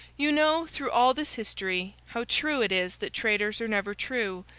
you know, through all this history, how true it is that traitors are never true,